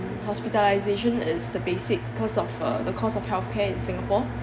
hospitalisation is the basic cost of uh the cost of health care in Singapore